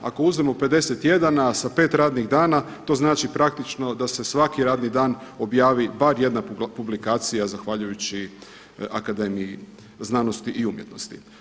Ako uzmemo 51, a sa 5 radnih dana, to znači praktično da se svaki radni dan objavi bar jedna publikacija zahvaljujući Akademiji znanosti i umjetnosti.